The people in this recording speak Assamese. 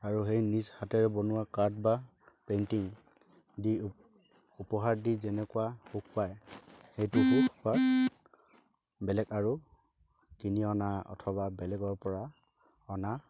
আৰু সেই নিজ হাতেৰে বনোৱা কাৰ্ড বা পেইণ্টিং দি উপহাৰ দি যেনেকুৱা সুখ পায় সেইটো সুখ বা বেলেগ আৰু কিনি অনা অথবা বেলেগৰ পৰা অনা